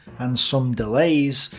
and some delays,